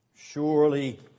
Surely